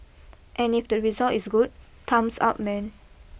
and if the result is good thumbs up man